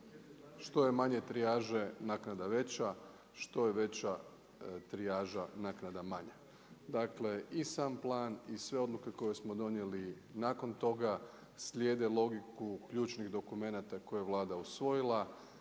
Što je manje trijaže naknada je veća, što je veća trijaža naknada je manja. Dakle i sam plan i sve odluke koje smo donijeli nakon toga slijede logiku ključnih dokumenata koje je Vlada usvojila,